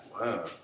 Wow